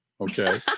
Okay